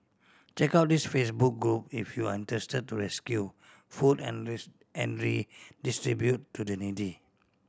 check out this Facebook group if you are interested to rescue food and and redistribute to the needy